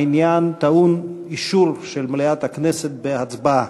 העניין טעון אישור של מליאת הכנסת בהצבעה.